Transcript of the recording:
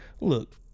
Look